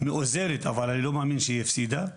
מאוזנת אבל אני לא מאמין שהיא הפסידה.